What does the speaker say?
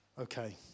Okay